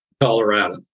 Colorado